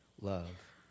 love